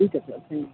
ਠੀਕ ਹੈ ਸਰ ਠੀ